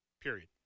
Period